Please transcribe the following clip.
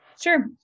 Sure